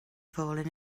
fallen